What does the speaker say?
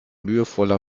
mühevoller